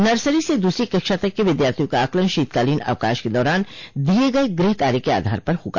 nursery से दूसरी कक्षा तक के विद्यार्थियों का आकलन शीतकालीन अवकाश के दौरान दिए गए गृहकार्य के आधार पर होगा